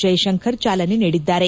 ಜೈಶಂಕರ್ ಚಾಲನೆ ನೀಡಿದ್ದಾರೆ